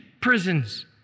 prisons